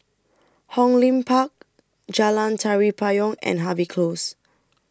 Hong Lim Park Jalan Tari Payong and Harvey Close